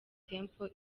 temple